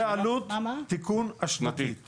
זה עלות התיקון השנתית.